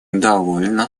довольно